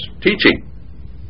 teaching